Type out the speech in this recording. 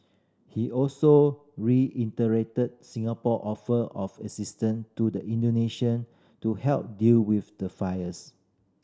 he also Singapore offer of assistance to the Indonesian to help deal with the fires